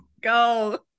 Go